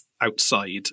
outside